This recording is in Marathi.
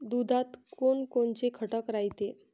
दुधात कोनकोनचे घटक रायते?